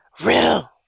Riddle